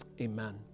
amen